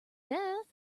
death